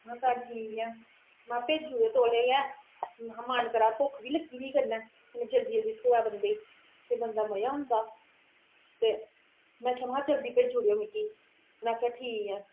में आखेआ ठीक ऐ में भेजी ओड़ेओ तौले गै मन करा दा ऐ भुक्ख बी लग्गी दी कन्नै जल्दी जल्दी थ्होए बंदे गी ते मजा औंदा ते में आखेआ मेहे जल्दी भेजी ओड़ो मिकी उनें आखेआ ठीक ऐ